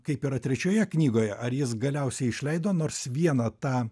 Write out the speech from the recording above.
kaip yra trečioje knygoje ar jis galiausiai išleido nors vieną tą